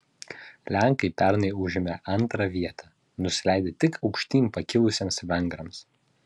lenkai pernai užėmė antrą vietą nusileidę tik aukštyn pakilusiems vengrams